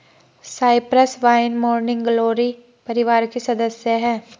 Cyprus vine morning glory परिवार की सदस्य हैं